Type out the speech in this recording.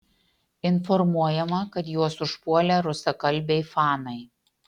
informuojama kad juos užpuolė rusakalbiai fanai